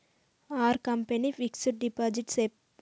Are company fixed deposit safe?